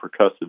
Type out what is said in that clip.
percussive